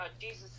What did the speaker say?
Jesus